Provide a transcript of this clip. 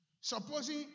Supposing